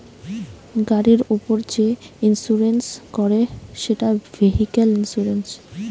গাড়ির উপর যে ইন্সুরেন্স করে সেটা ভেহিক্যাল ইন্সুরেন্স